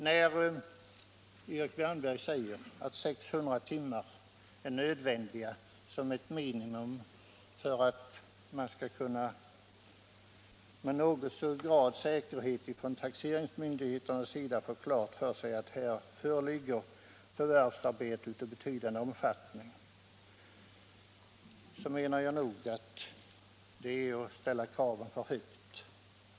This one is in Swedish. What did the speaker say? När Erik Wärnberg säger att 600 timmar är nödvändiga för att taxeringsmyndigheterna skall kunna försäkra sig om att det föreligger förvärvsverksamhet i betydande omfattning, menar jag att det är att ställa kravet för högt.